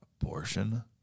abortion